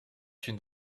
une